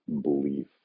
belief